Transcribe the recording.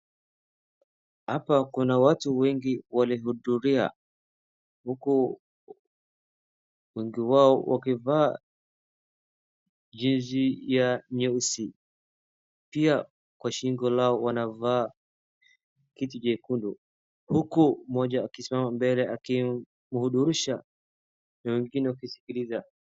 Hapa kuna watu wengi walihudhuria huku wengi wao wakivaa jezi ya nyeusi. Pia kwa shingo lao wanavaa kitu chekundu huku mmoja akisimama mbele aki hudurusha na wengine wakiskiza.